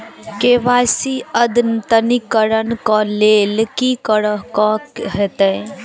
KYC अद्यतनीकरण कऽ लेल की करऽ कऽ हेतइ?